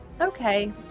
okay